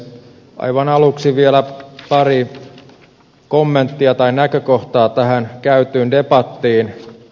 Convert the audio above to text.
aivan aluksi vielä pari näkökohtaa tähän käytyyn debattiin